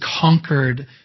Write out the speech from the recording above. conquered